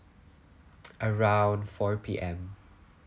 around four P_M